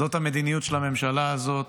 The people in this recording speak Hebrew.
זאת המדיניות של הממשלה הזאת.